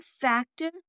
factor